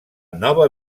nova